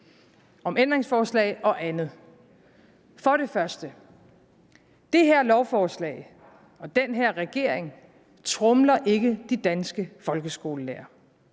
om ændringsforslag og andet. Det her lovforslag og den her regering tromler ikke de danske folkeskolelærere.